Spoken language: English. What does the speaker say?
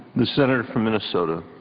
the senator from minnesota.